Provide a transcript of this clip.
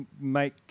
make